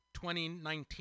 2019